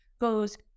goes